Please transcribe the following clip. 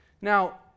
Now